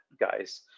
guys